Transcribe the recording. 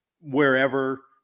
wherever